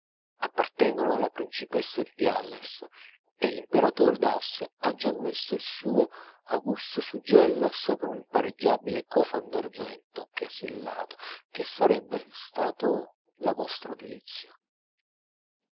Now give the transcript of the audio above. appartengono alla principessa di galles e l'imperatore d'austria ha già messo il suo augusto suggello sopra un impareggiabile cofano d'argento cesellato che sarebbe stato la vostra delizia